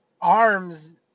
arms